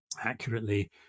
accurately